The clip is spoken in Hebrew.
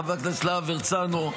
חבר הכנסת להב הרצנו,